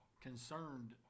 concerned